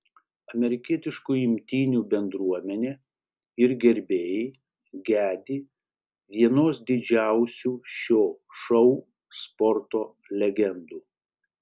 amerikietiškų imtynių bendruomenė ir gerbėjai gedi vienos didžiausių šio šou sporto legendų